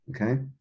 okay